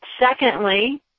secondly